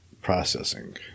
processing